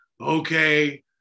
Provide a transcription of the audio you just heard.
okay